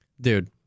dude